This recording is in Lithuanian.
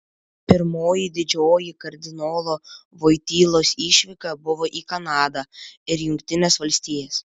pirmoji didžioji kardinolo voitylos išvyka buvo į kanadą ir jungtines valstijas